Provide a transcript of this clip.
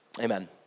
Amen